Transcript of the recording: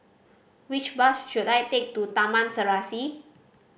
which bus should I take to Taman Serasi